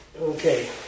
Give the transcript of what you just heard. okay